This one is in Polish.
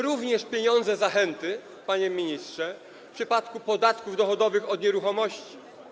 Również pieniądze na zachęty, panie ministrze, w przypadku podatków dochodowych od nieruchomości.